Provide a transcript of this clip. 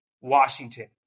Washington